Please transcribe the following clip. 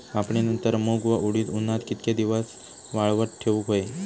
कापणीनंतर मूग व उडीद उन्हात कितके दिवस वाळवत ठेवूक व्हये?